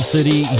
City